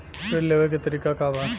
ऋण लेवे के तरीका का बा?